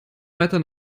weiter